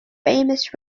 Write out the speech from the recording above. famous